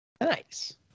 Nice